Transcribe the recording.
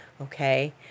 Okay